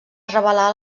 revelar